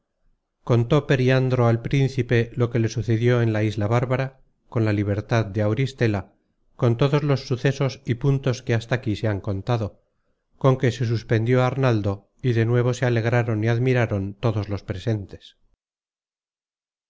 contó periandro al príncipe lo que le sucedió en la isla bárbara con la libertad de auristela con todos los sucesos y puntos que hasta aquí se han contado con que se suspendió arnaldo y de nuevo se alegraron y admiraron todos los presentes